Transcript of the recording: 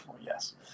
Yes